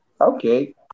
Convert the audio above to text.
Okay